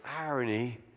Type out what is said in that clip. irony